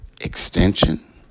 extension